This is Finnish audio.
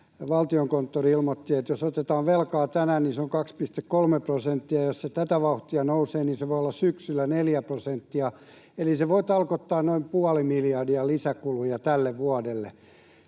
Valtiokonttori ilmoitti, että jos otetaan velkaa tänään, niin se on 2,3 prosenttia, ja jos se tätä vauhtia nousee, niin se voi olla syksyllä 4 prosenttia, eli se voi tarkoittaa noin puoli miljardia lisäkuluja tälle vuodelle.